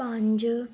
ਪੰਜ